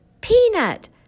peanut